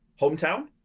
Hometown